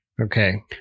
Okay